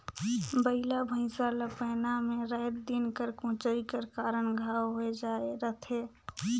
बइला भइसा ला पैना मे राएत दिन कर कोचई कर कारन घांव होए जाए रहथे